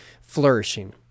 flourishing